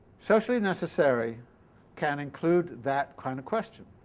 socially necessary can include that kind of question.